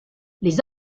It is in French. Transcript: les